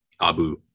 Abu